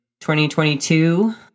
2022